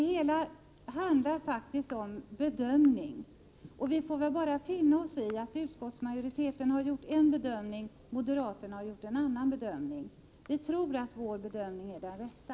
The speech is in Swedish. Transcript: Det handlar om bedömningar, och vi får bara finna oss i att utskottsmajoriteten har gjort en bedömning och moderaterna en annan bedömning. Vi tror att vår bedömning är den rätta.